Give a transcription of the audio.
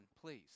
please